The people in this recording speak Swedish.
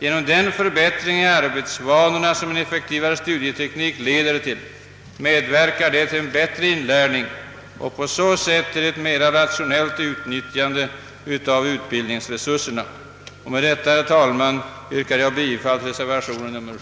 Den förbättring i arbetsvanorna som en effektivare studieteknik leder till, medverkar till en bättre inlärning och på så sätt till ett mera rationellt utnyttjande av utbildningsresurserna. Med det anförda yrkar jag, herr talman, bifall till reservationen nr 7.